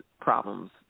problems